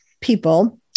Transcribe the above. people